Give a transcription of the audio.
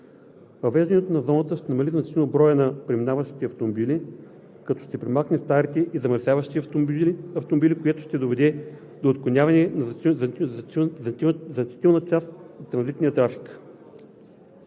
Въвеждането на зоната ще намали значително броя на преминаващите автомобили, като ще премахне старите и замърсяващи автомобили, което ще доведе до отклоняване на значителна част от транзитния трафик.